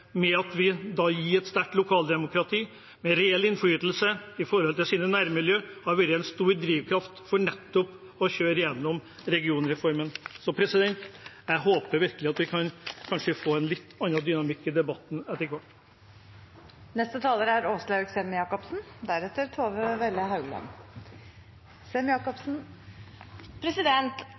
vi gir et sterkt lokaldemokrati, med reell innflytelse i sitt nærmiljø – har vært en stor drivkraft for å kjøre igjennom regionreformen. Så jeg håper virkelig at vi kanskje kan få en litt annen dynamikk i debatten etter hvert. Det er forståelig når man sitter i